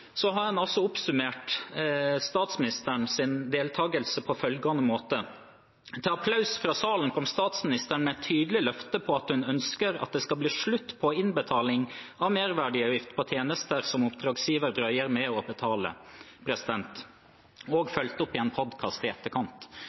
på følgende måte: «Til applaus fra salen kom statsministeren med et tydelig løfte på at hun ønsker at det skal bli slutt på innbetaling av merverdiavgift på tjenester som oppdragsgiver drøyer med å betale.» Og hun fulgte opp i en podcast i etterkant.